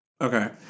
Okay